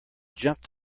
jumped